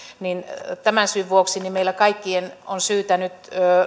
tämän syyn vuoksi meillä kaikkien on syytä nyt